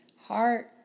heart